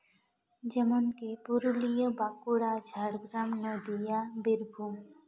ᱡᱮᱢᱚᱱᱠᱤ ᱯᱩᱨᱩᱞᱤᱭᱟᱹ ᱵᱟᱸᱠᱩᱲᱟ ᱡᱷᱟᱲᱜᱨᱟᱢ ᱱᱚᱫᱤᱭᱟ ᱵᱤᱨᱵᱷᱩᱢ